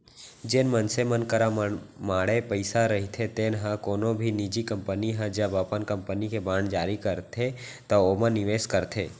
जेन मनसे मन करा मनमाड़े पइसा रहिथे तेन मन ह कोनो भी निजी कंपनी ह जब अपन कंपनी के बांड जारी करथे त ओमा निवेस करथे